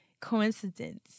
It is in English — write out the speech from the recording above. Coincidence